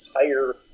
entire